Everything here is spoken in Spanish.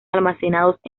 almacenados